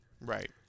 Right